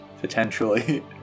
potentially